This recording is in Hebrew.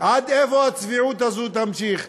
עד איפה הצביעות הזאת תימשך.